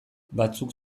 batzuk